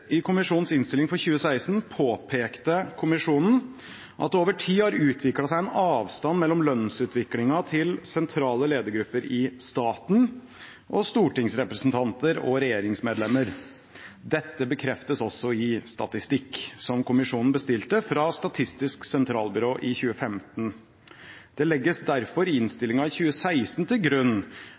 «I kommisjonens innstilling for 2016 påpekte kommisjonen at det over tid har utviklet seg en avstand mellom lønnsutviklingen til sentrale ledergrupper i staten og stortingsrepresentanter og regjeringsmedlemmer. Dette bekreftes også i statistikk som kommisjonen bestilte fra SSB i 2015. Det legges derfor i innstillingen i 2016 til grunn